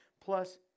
plus